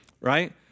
right